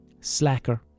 slacker